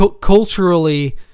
culturally